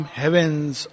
heavens